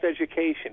education